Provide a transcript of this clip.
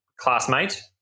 classmate